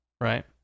right